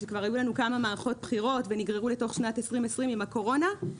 כשכבר היו לנו כמה מערכות בחירות ונגררו לתוך שנת 2020 עם הקורונה,